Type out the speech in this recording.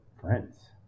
friends